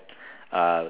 uh